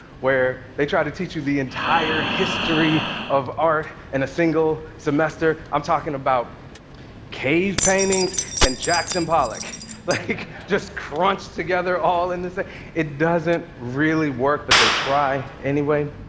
where they try to teach you the entire history of art in a single semester? i'm talking about cave paintings and jackson pollock like just crunched together all in the same it doesn't really work, but they try anyway.